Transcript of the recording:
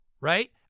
right